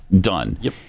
done